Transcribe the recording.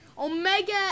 Omega